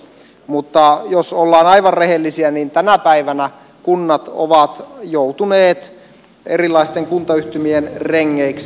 mutta jos ollaan aivan rehellisiä niin tänä päivänä kunnat ovat joutuneet erilaisten kuntayhtymien rengeiksi